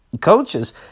coaches